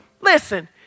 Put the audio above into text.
Listen